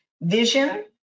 vision